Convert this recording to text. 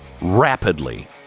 rapidly